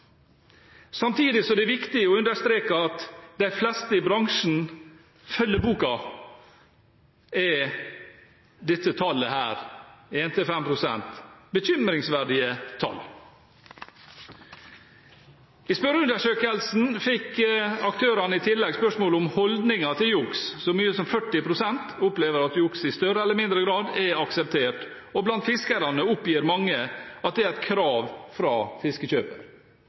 Samtidig som det er viktig å understreke at de fleste i bransjen følger boka, er dette tallet, 1–5 pst., et bekymringsverdig tall. I spørreundersøkelsen fikk aktørene i tillegg spørsmål om holdningen til juks. Så mye som 40 pst. opplever at juks i større eller mindre grad er akseptert, og blant fiskerne oppgir mange at det er et krav fra fiskekjøper.